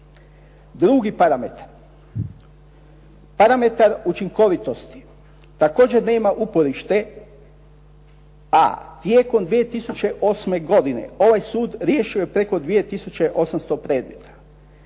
Drugi parametar, parametar učinkovitosti također nema uporište, a tijekom 2008. godine ovaj sud riješio je preko 2 tisuće 800 predmeta.